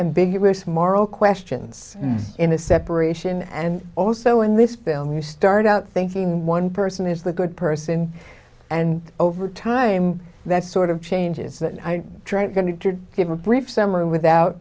ambiguous moral questions in a separation and also in this film you start out thinking one person is the good person and over time that sort of changes that i going to give a brief summary without